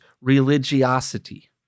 religiosity